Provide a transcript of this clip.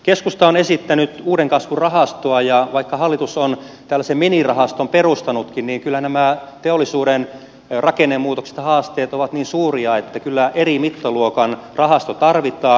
keskusta on esittänyt uuden kasvun rahastoa ja vaikka hallitus on tällaisen minirahaston perustanutkin niin kyllä nämä teollisuuden rakennemuutokset ja haasteet ovat niin suuria että kyllä eri mittaluokan rahasto tarvitaan